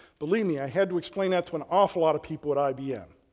believe me, i had to explain that to an awful lot of people at ibm,